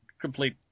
complete